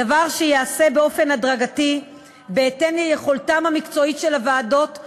דבר זה ייעשה באופן הדרגתי בהתאם ליכולתן המקצועית של הוועדות,